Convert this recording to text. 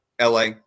LA